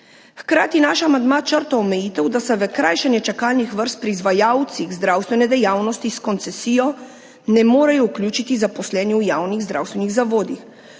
Hkrati naš amandma črta omejitev, da se v krajšanje čakalnih vrst pri izvajalcih zdravstvene dejavnosti s koncesijo ne morejo vključiti zaposleni v javnih zdravstvenih zavodih.